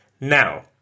Now